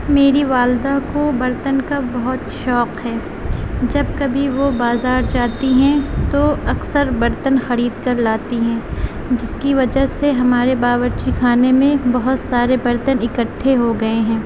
میری والدہ کو برتن کا بہت شوق ہے جب کبھی وہ بازار جاتی ہیں تو اکثر برتن خرید کر لاتی ہیں جس کی وجہ سے ہمارے باورچی خانے میں بہت سارے برتن اکٹھے ہو گئے ہیں